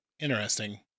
Interesting